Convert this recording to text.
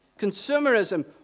consumerism